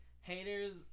Haters